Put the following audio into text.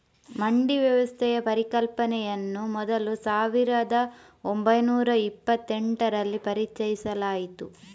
ಮಂಡಿ ವ್ಯವಸ್ಥೆಯ ಪರಿಕಲ್ಪನೆಯನ್ನು ಮೊದಲು ಸಾವಿರದ ಓಂಬೈನೂರ ಇಪ್ಪತ್ತೆಂಟರಲ್ಲಿ ಪರಿಚಯಿಸಲಾಯಿತು